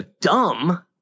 dumb